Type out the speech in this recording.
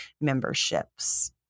memberships